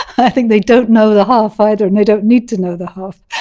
i think they don't know the half either and they don't need to know the half